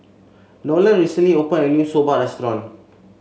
Nolen recently opened a new Soba restaurant